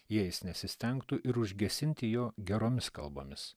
jais nesistengtų ir užgesinti jo geromis kalbomis